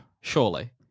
surely